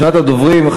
ראשונת הדוברים,